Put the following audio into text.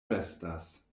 restas